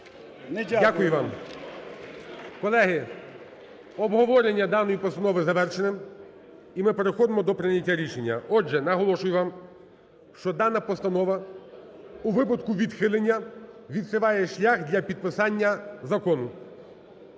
Дякую вам. Колеги, обговорення даної постанови завершене і ми переходимо до прийняття рішення. Отже, наголошую вам, що дана постанова, у випадку відхилення, відкриває шлях для підписання закону.